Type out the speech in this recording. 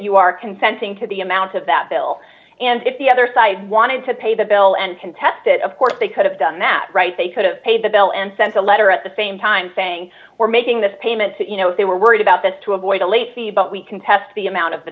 you are consenting to the amount of that bill and if the other side wanted to pay the bill and contest it of course they could have done that right they could have paid the bill and sent a letter at the same time saying we're making this payment they were worried about this to avoid a late fee but we contest the amount of the